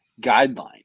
guideline